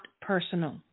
personal